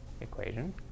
equation